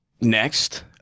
next